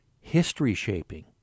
history-shaping